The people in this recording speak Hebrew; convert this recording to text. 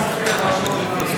גברתי היושבת-ראש,